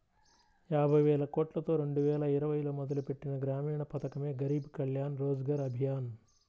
యాబైవేలకోట్లతో రెండువేల ఇరవైలో మొదలుపెట్టిన గ్రామీణ పథకమే గరీబ్ కళ్యాణ్ రోజ్గర్ అభియాన్